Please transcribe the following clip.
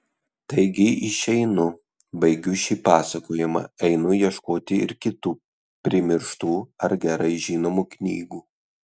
taigi išeinu baigiu šį pasakojimą einu ieškoti ir kitų primirštų ar gerai žinomų knygų